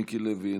מיקי לוי,